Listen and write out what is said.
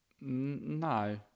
No